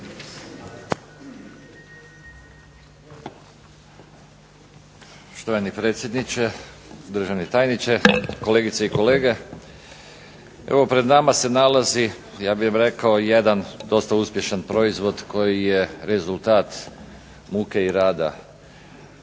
Štovani predsjedniče, državni tajniče, kolegice i kolege zastupnici. Evo pred nama se nalazi ja bih rekao jedan dosta uspješan proizvod koji je rezultat muke i rada